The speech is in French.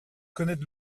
connaître